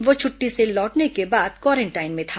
वह छुट्टी से लौटने के बाद क्वारेंटाइन में था